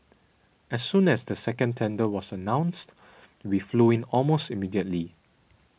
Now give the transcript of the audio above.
as soon as the second tender was announced we flew in almost immediately